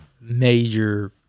major